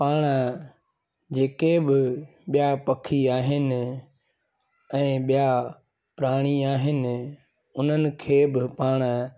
पाण जेके बि ॿिया पखी आहिनि ऐं ॿिया प्राणी आहिनि उन्हनि खे बि पाण